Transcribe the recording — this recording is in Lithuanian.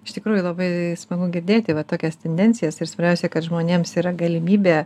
iš tikrųjų labai smagu girdėti va tokias tendencijas ir svarbiausiai kad žmonėms yra galimybė